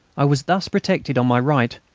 i was thus protected on my right.